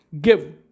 Give